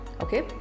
okay